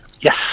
Yes